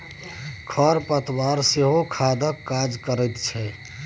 खर पतवार सेहो खादक काज करैत छै